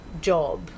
job